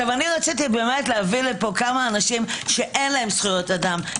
רציתי להביא לפה כמה אנשים, שאין להם זכויות אדם.